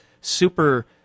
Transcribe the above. super